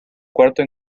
cuarto